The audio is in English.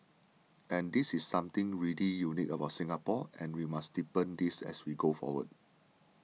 and this is something really unique about Singapore and we must deepen this as we go forward